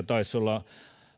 taisi olla